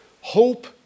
Hope